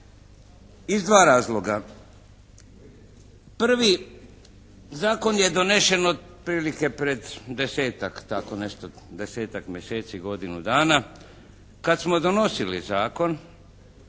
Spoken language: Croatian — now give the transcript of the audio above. Iz dva razloga. Prvi, zakon je donošen otprilike pred 10-ak tako nešto, 10-ak mjeseci, godinu dana. Kad smo donosili zakon